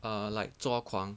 uh like 抓狂